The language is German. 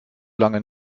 lange